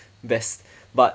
best but